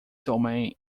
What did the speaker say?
domain